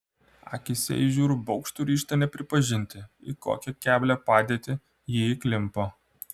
akyse įžiūriu baugštų ryžtą nepripažinti į kokią keblią padėtį ji įklimpo